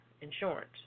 insurance